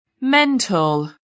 mental